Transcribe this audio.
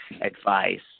advice